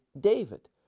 David